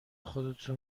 خودتون